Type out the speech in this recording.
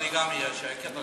גם עכשיו יהיה שקט.